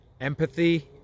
empathy